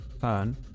turn